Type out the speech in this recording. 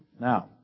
Now